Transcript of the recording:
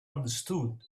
understood